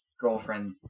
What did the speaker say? girlfriend